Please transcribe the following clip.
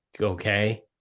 okay